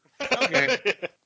Okay